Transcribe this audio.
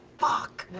fuck.